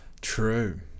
True